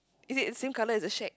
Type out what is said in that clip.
is it the same color as the shack